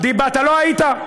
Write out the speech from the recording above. אתה לא היית,